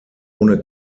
ohne